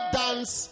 dance